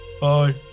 Bye